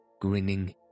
grinning